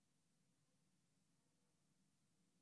קודם